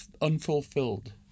Unfulfilled